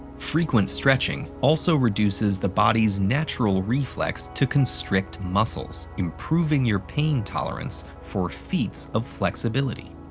frequent stretching also reduces the body's natural reflex to constrict muscles, improving your pain tolerance for feats of flexibility.